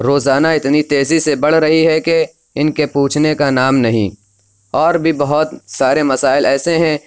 روزانہ اتنی تیزی سے بڑھ رہی ہے کہ ان کے پوچھنے کا نام نہیں اور بھی بہت سارے مسائل ایسے ہیں